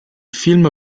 film